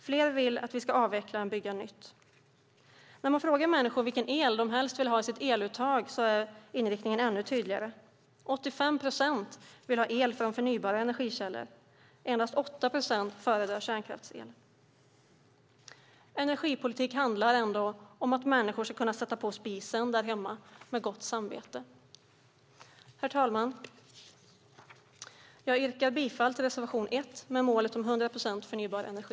Fler vill avveckla än bygga nytt. När man frågar människor vilken el de helst vill ha i sitt eluttag är inriktningen ännu tydligare. 85 procent vill ha el från förnybara energikällor. Endast 8 procent föredrar kärnkraftsel. Energipolitik handlar ändå om att människor ska kunna sätta på spisen där hemma med gott samvete. Herr talman! Jag yrkar bifall till reservation 1 med målet om 100 procent förnybar energi.